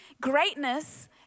Greatness